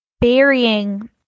burying